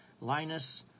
Linus